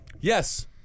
Yes